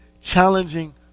challenging